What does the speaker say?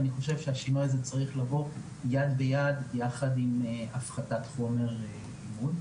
אני חושב שהשינוי הזה צריך לבוא יד ביד יחד עם הפחתת חומר לימוד.